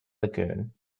lagoon